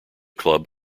club